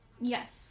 Yes